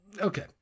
Okay